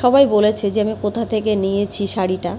সবাই বলেছে যে আমি কোথা থেকে নিয়েছি শাড়িটা